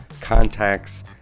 contacts